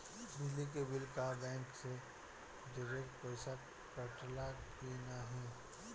बिजली के बिल का बैंक से डिरेक्ट पइसा कटेला की नाहीं?